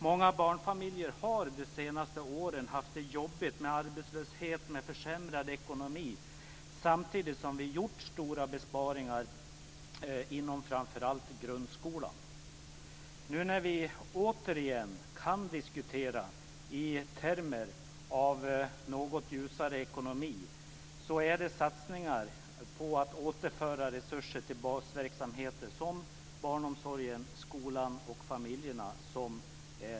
Många barnfamiljer har under de senaste åren haft det jobbigt med arbetslöshet och försämrad ekonomi samtidigt som vi har gjort stora besparingar inom framför allt grundskolan. Nu när vi återigen kan diskutera i termer av något ljusare ekonomi är det viktigt att göra satsningar på att återföra resurser till basverksamheter som barnomsorgen, skolan och familjerna.